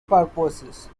purposes